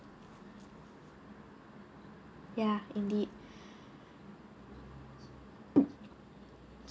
ya indeed